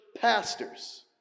pastors